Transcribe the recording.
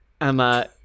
Emma